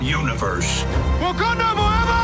universe